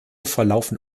verlaufen